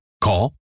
Call